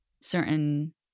certain